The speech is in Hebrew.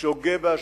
שוגה באשליות.